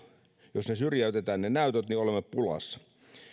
jos ne vahvat näytöt syrjäytetään niin olemme pulassa